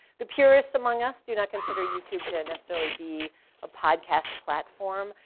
the purists among us do not consider youtube to necessarily be a podcast platform.